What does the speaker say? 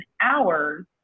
hours